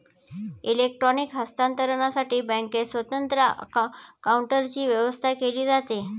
electronic हस्तांतरणसाठी बँकेत स्वतंत्र काउंटरची व्यवस्था केली जाते